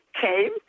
came